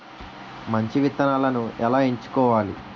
మంచి విత్తనాలను ఎలా ఎంచుకోవాలి?